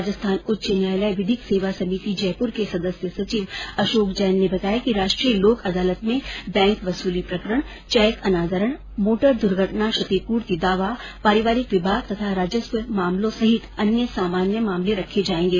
राजस्थान उच्च न्यायालय विधिक सेवा समिति जयपुर के सदस्य सचिव अशोक जैन ने बताया कि राष्ट्रीय लोक अदालत में बैंक वसूली प्रकरण चैक अनादरण मोटर दुर्घटना क्षतिपूर्ति दावा पारिवारिक विवाद तथा राजस्व मामलों सहित अन्य सामान्य प्रकरण रखे जाएंगे